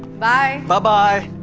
bye! bye bye.